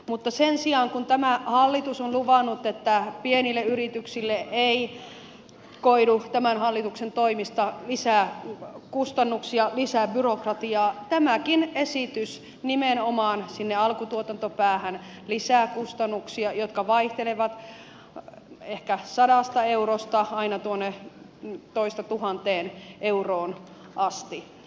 mutta sen sijaan kun tämä hallitus on luvannut että pienille yrityksille ei koidu tämän hallituksen toimista lisäkustannuksia lisäbyrokratiaa tämäkin esitys nimenomaan sinne alkutuotantopäähän lisää kustannuksia jotka vaihtelevat ehkä sadasta eurosta aina tuonne toiseen tuhanteen euroon asti